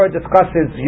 discusses